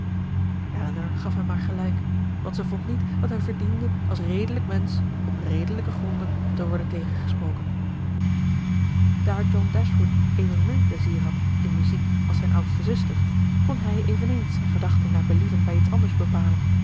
elinor gaf hem maar gelijk want zij vond niet dat hij verdiende als redelijk mensch op redelijke gronden te worden tegengesproken daar john dashwood evenmin pleizier had in muziek als zijn oudste zuster kon hij eveneens zijn gedachten naar believen bij iets anders bepalen